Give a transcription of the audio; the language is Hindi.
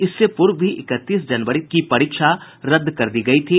इससे पूर्व भी इकतीस जनवरी की परीक्षा रद्द कर दी गयी थी